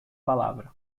palavra